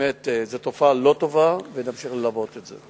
זו תופעה לא טובה, ונמשיך ללוות את זה.